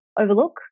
overlook